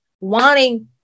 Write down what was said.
wanting